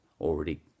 already